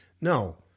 No